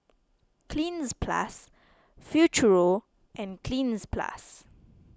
Cleanz Plus Futuro and Cleanz Plus